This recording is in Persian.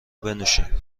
بنوشیم